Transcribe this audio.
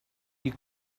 you